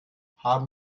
haben